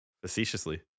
Facetiously